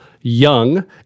Young